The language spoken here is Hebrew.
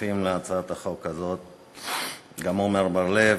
שותפים להצעת החוק הזאת גם עמר בר-לב,